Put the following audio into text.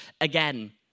again